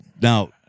Now